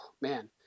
man